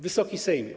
Wysoki Sejmie!